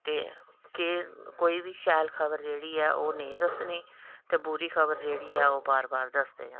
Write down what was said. ते केह् कोई बी शैल खबर जेह्ड़ी ऐ नेईं दस्सनी ते बुरी खबर जेह्ड़ी ऐ ओह् जरूर दस्सनी